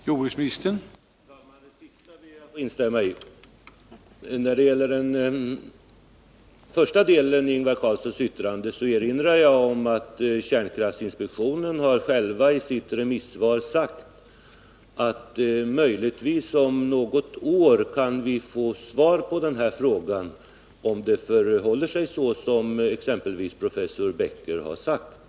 Herr talman! Det sista ber jag att få instämma i. När det gäller den första delen av Ingvar Carlssons yttrande erinrar jag om att kärnkraftinspektionen i sitt remissvar uttalat att vi möjligtvis om något år kan få svar på frågan om det förhåller sig så som exempelvis professor Becker har sagt.